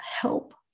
help